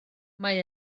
mae